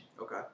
Okay